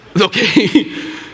Okay